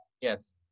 yes